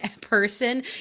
person